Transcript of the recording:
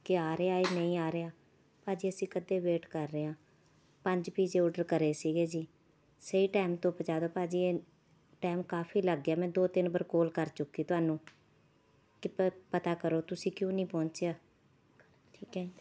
ਕਿ ਆ ਰਿਹਾ ਆ ਨਹੀਂ ਆ ਰਿਹਾ ਭਾਅ ਜੀ ਅਸੀਂ ਕਦੋਂ ਦੇ ਵੇਟ ਕਰ ਰਹੇ ਹਾਂ ਪੰਜ ਪੀਜ਼ੇ ਔਡਰ ਕਰੇ ਸੀਗੇ ਜੀ ਸਹੀ ਟਾਈਮ 'ਤੇ ਪਹੁੰਚਾ ਦਿਉ ਭਾਅ ਜੀ ਇਹ ਟਾਈਮ ਕਾਫ਼ੀ ਲੱਗ ਗਿਆ ਮੈਂ ਦੋ ਤਿੰਨ ਵਾਰ ਕਾਲ ਕਰ ਚੁੱਕੀ ਤੁਹਾਨੂੰ ਕਿ ਪਤਾ ਕਰੋ ਤੁਸੀਂ ਕਿਉਂ ਨਹੀਂ ਪਹੁੰਚਿਆ ਠੀਕ ਹੈ